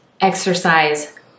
exercise